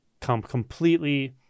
completely